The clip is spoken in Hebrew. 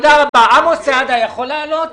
עמוס צייאדה יכול לענות בזום?